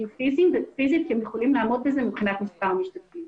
פיזית כי הם יכולים לעמוד בזה מבחינת מספר המשתתפים.